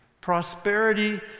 Prosperity